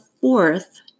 Fourth